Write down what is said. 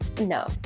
No